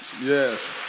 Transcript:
Yes